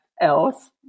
else